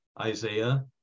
Isaiah